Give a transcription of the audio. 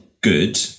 good